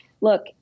look